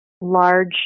large